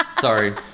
Sorry